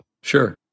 sure